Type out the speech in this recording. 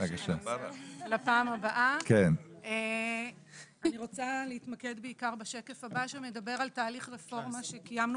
בשקף הבא שמדבר על תהליך רפורמה שקיימנו